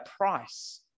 price